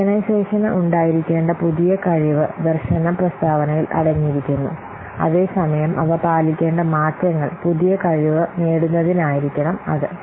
ഓർഗനൈസേഷന് ഉണ്ടായിരിക്കേണ്ട പുതിയ കഴിവ് ദർശന പ്രസ്താവനയിൽ അടങ്ങിയിരിക്കുന്നു അതേസമയം അവ പാലിക്കേണ്ട മാറ്റങ്ങൾ പുതിയ കഴിവ് നേടുന്നതിനായിരിക്കണം അത്